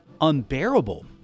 unbearable